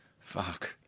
Fuck